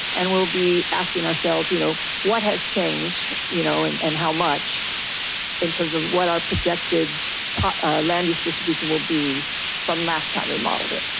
and we'll be asking ourselves, you know what has changed you know and and how much in terms of what our projected land use distribution will be from last time we modeled it.